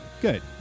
good